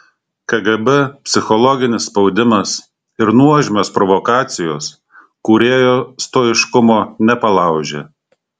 kgb psichologinis spaudimas ir nuožmios provokacijos kūrėjo stoiškumo nepalaužė